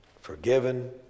forgiven